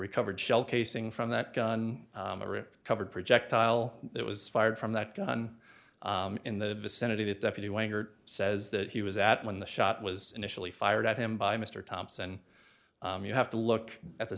recovered shell casing from that gun covered projectile it was fired from that gun in the vicinity that deputy wingert says that he was at when the shot was initially fired at him by mr thompson you have to look at th